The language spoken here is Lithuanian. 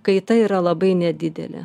kaita yra labai nedidelė